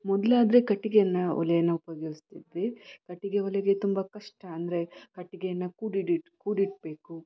ಮೊದಲಾದ್ರೆ ಕಟ್ಟಿಗೆಯನ್ನು ಒಲೆಯನ್ನು ಉಪ್ಯೋಗಸ್ತಿದ್ವಿ ಕಟ್ಟಿಗೆ ಒಲೆಗೆ ತುಂಬ ಕಷ್ಟ ಅಂದರೆ ಕಟ್ಟಿಗೆಯನ್ನು ಕೂಡಿಟ್ ಕೂಡಿಡ್ಬೇಕು